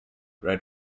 read